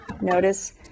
notice